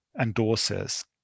endorses